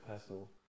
personal